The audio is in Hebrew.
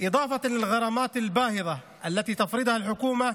והחורבן מפיצה הרס ושחיתות בנגב באמצעות חלוקת